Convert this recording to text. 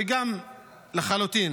וגם לחלוטין